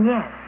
Yes